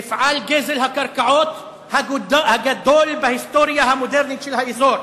מפעל גזל הקרקעות הגדול בהיסטוריה המודרנית של האזור.